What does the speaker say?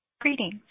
Greetings